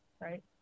right